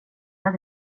jag